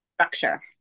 structure